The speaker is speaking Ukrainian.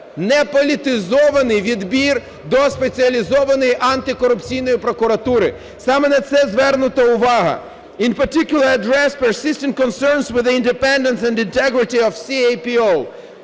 неполітизований відбір до Спеціалізованої антикорупційної прокуратури. Саме на це звернута увага.